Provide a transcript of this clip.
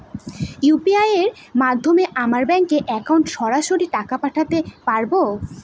UPI এর মাধ্যমে আমরা ব্যাঙ্ক একাউন্টে সরাসরি টাকা পাঠাতে পারবো?